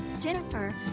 Jennifer